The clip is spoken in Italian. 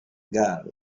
girl